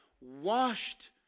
washed